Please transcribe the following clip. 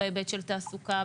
בהיבט של תעסוקה,